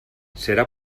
serà